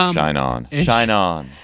um mine on shine on.